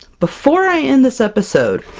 before i end this episode,